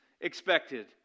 expected